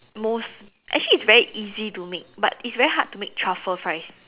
most actually it's very easy to make but it's very hard to make truffle fries